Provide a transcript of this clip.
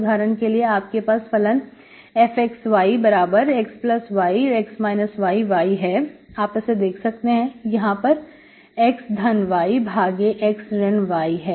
उदाहरण के लिए आपके पास फलन fxyxy x y y है इस प्रकार आप देख सकते हैं कि यहां पर x धन y भागे x ऋण y है